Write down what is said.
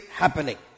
happening